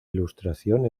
ilustración